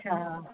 अच्छा